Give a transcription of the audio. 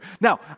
Now